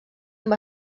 amb